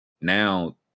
now